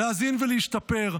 להאזין ולהשתפר.